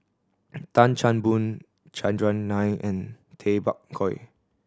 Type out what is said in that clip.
Tan Chan Boon Chandran Nair and Tay Bak Koi